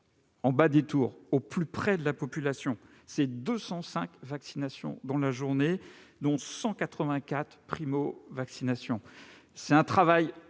au bas des tours, au plus près de la population : ce seront 205 vaccinations dans la journée, dont 184 primo-vaccinations.